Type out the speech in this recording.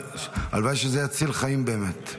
הלוואי שזה יציל חיים באמת.